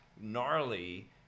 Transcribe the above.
gnarly